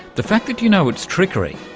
the fact that you know it's trickery,